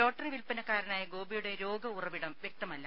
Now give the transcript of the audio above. lottery വിൽപ്പനക്കാരനായ ഗോപിയുടെ രോഗ ഉറവിടം വ്യക്തമല്ല